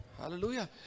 Hallelujah